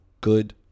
good